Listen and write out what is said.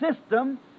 system